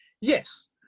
Yes